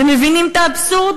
אתם מבינים את האבסורד?